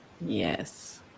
Yes